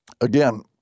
again